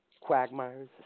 quagmires